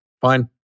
Fine